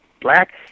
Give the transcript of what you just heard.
black